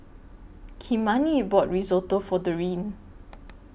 Kymani bought Risotto For Dorine